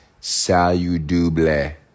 saludable